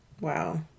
wow